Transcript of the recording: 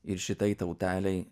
ir šitai tautelei